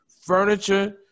furniture